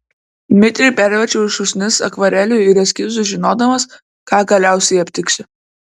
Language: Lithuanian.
mitriai perverčiau šūsnis akvarelių ir eskizų žinodamas ką galiausiai aptiksiu